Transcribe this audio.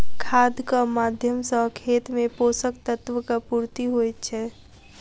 खादक माध्यम सॅ खेत मे पोषक तत्वक पूर्ति होइत छै